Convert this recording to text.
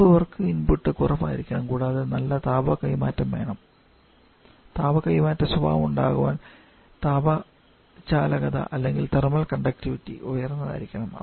pump work input കുറവായിരിക്കണം കൂടാതെ നല്ല താപ കൈമാറ്റം സ്വഭാവമുണ്ടാകാൻ താപ ചാലകത അല്ലെങ്കിൽ തെർമൽ കണ്ടക്ടിവിറ്റി ഉയർന്നതായിരിക്കണം